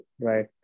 right